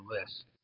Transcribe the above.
list